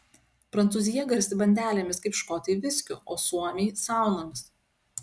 prancūzija garsi bandelėmis kaip škotai viskiu o suomiai saunomis